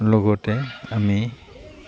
লগতে আমি